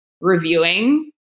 reviewing